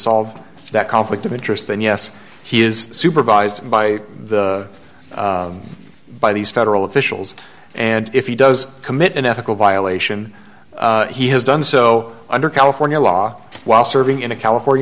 solve that conflict of interest then yes he is supervised by the by these federal officials and if he does commit an ethical violation he has done so under california law while serving in a california